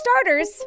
starters